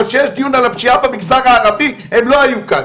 אבל כשיש דיון על הפשיעה במגזר הערבי הם לא היו כאן.